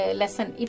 lesson